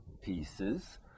pieces